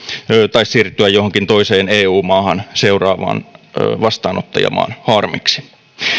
tai siirtyä johonkin toiseen eu maahan seuraavan vastaanottajamaan harmiksi